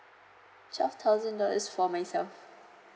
twelve thousand dollar's for myself